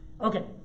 okay